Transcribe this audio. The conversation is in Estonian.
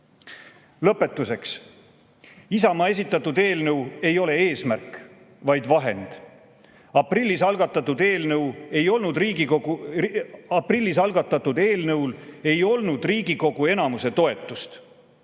Lõpetuseks. Isamaa esitatud eelnõu ei ole eesmärk, vaid vahend. Sel aprillis algatatud eelnõul ei olnud Riigikogu enamuse toetust.